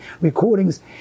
recordings